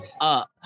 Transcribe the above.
up